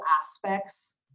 aspects